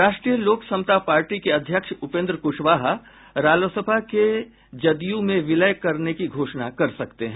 राष्ट्रीय लोक समता पार्टी के अध्यक्ष उपेन्द्र कुशवाहा रालोसपा के जदयू में विलय करने की घोषणा कर सकते हैं